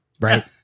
right